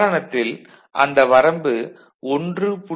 கடந்த உதாரணத்தில் அந்த வரம்பு 1